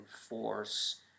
force